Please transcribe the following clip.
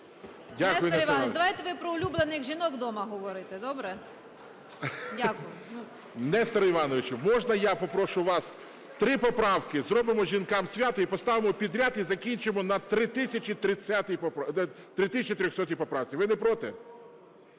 Дякую, Несторе Івановичу.